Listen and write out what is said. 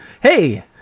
hey